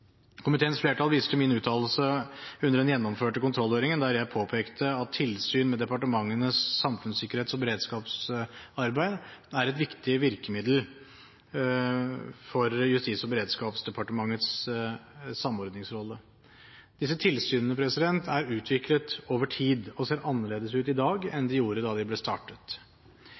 komiteens innstilling. Komiteens flertall viser til min uttalelse under den gjennomførte kontrollhøringen der jeg påpekte at tilsyn med departementenes samfunnssikkerhets- og beredskapsarbeid er et viktig virkemiddel for Justis- og beredskapsdepartementets samordningsrolle. Disse tilsynene er utviklet over tid og ser annerledes ut i dag